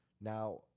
Now